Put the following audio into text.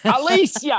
Alicia